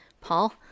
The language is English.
Paul